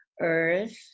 earth